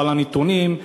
אבל הנתונים,